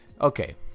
Okay